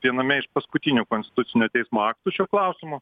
viename iš paskutinių konstitucinio teismo aktų šiuo klausimu